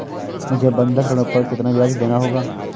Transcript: मुझे बंधक ऋण पर कितना ब्याज़ देना होगा?